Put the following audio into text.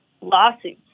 lawsuits